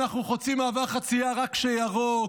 אנחנו חוצים מעבר חצייה רק כשירוק,